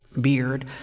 beard